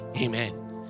Amen